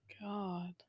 God